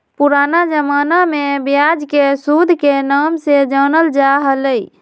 पुराना जमाना में ब्याज के सूद के नाम से जानल जा हलय